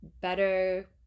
better